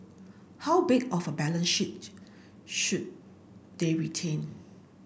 how big of a balance sheet should they retain